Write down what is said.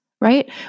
right